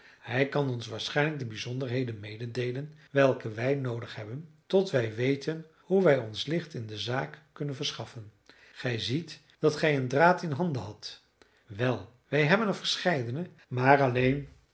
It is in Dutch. hij kan ons waarschijnlijk de bijzonderheden mededeelen welke wij noodig hebben tot wij weten hoe wij ons licht in de zaak kunnen verschaffen gij zeidet dat gij een draad in handen hadt wel wij hebben er verscheidene maar alleen